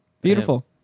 Beautiful